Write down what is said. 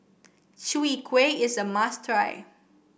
Chwee Kueh is a must try